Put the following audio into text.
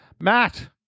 Matt